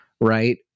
right